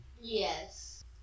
Yes